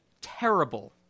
terrible